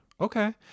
okay